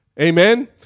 Amen